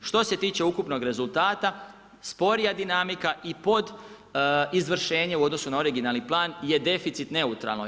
Što se tiče ukupnog rezultata, sporija dinamika i pod izvršenje u odnosu na originalni plan je deficit neutralno.